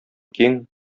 киң